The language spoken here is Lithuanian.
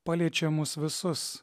paliečia mus visus